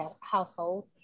household